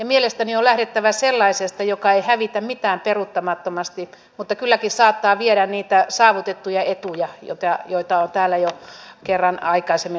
mielestäni on lähdettävä sellaisesta joka ei hävitä mitään peruuttamattomasti mutta kylläkin saattaa viedä niitä saavutettuja etuja jotka on täällä jo ainakin kerran aikaisemmin mainittu